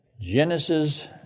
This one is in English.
Genesis